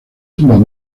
tumbas